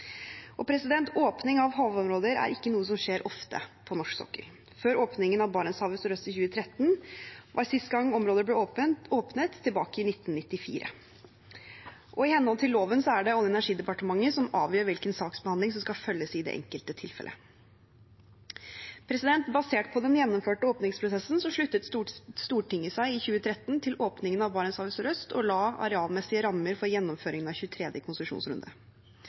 Åpning av havområder er ikke noe som skjer ofte på norsk sokkel. Før åpningen av Barentshavet sørøst i 2013, var sist gang et område ble åpnet tilbake i 1994. I henhold til loven er det Olje- og energidepartementet som avgjør hvilken saksbehandling som skal følges i det enkelte tilfellet. Basert på den gjennomførte åpningsprosessen sluttet Stortinget seg i 2013 til åpningen av Barentshavet sørøst og la arealmessige rammer for gjennomføringen av 23. konsesjonsrunde.